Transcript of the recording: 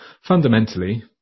fundamentally